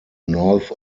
north